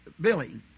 Billy